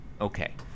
Okay